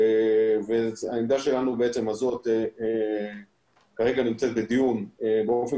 העמדה שלנו הזו כרגע נמצאת בדיון באופן